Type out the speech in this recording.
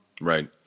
Right